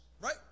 right